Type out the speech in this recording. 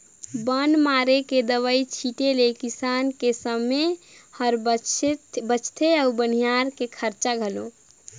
बन मारे के दवई छीटें ले किसान के समे हर बचथे अउ बनिहार के खरचा घलो